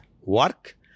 work